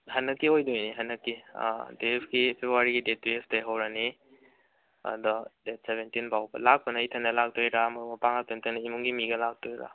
ꯍꯟꯗꯛꯀꯤ ꯑꯣꯏꯗꯣꯏꯅꯤ ꯍꯟꯗꯛꯀꯤ ꯇꯨꯌꯦꯞꯀꯤ ꯐꯦꯕꯋꯥꯔꯤꯒꯤ ꯗꯦꯠ ꯇꯨꯌꯦꯞꯇꯩ ꯍꯧꯔꯅꯤ ꯑꯗꯣ ꯗꯦꯠ ꯁꯕꯦꯟꯇꯤꯟ ꯐꯥꯎꯕ ꯂꯥꯛꯄꯅ ꯏꯊꯟꯗ ꯂꯥꯛꯇꯣꯏꯔꯥ ꯃꯔꯨꯞ ꯃꯄꯥꯡ ꯑꯇꯩ ꯑꯇꯩ ꯏꯃꯨꯡꯒꯤ ꯃꯤꯒ ꯂꯥꯛꯇꯣꯏꯔꯥ